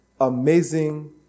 amazing